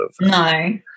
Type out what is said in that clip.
No